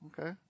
okay